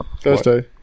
Thursday